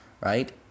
right